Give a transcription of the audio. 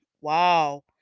wow